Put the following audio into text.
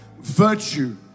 virtue